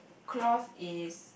cloth is